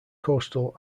coastal